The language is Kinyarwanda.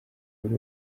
buri